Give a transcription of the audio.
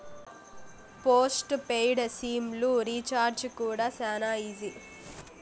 post paid SIM లు recharge కూడా శానా ఈజీ